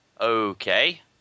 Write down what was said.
Okay